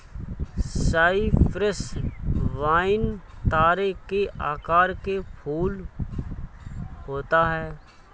Cyprus vine तारे के आकार के फूल होता है